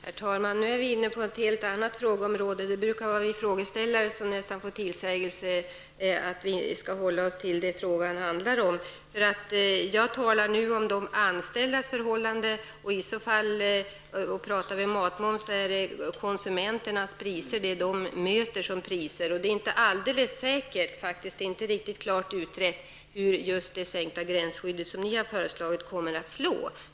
Herr talman! Nu är vi inne på ett helt annat ämne. Det brukar vara vi frågeställare som får tillsägelse att vi skall hålla oss till det som frågan handlar om. Jag har talat om de anställdas förhållanden. Talar vi om matmoms gäller det de priser som konsumenterna möter. Det är inte alldeles säkert -- det är inte riktigt utrett -- hur det sänkta gränsskydd som ni har föreslagit kommer att slå.